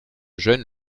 jeune